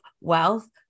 wealth